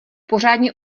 pořádně